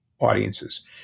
audiences